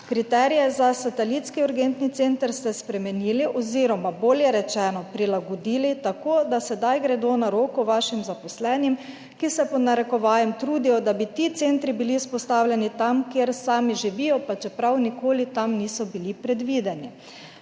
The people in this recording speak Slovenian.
Kriterije za satelitski urgentni center ste spremenili oziroma bolje rečeno prilagodili tako, da sedaj gredo na roko vašim zaposlenim, ki se, pod narekovajem, trudijo, da bi ti centri bili vzpostavljeni tam, kjer sami živijo, pa čeprav nikoli tam niso bili predvideni.